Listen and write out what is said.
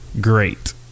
great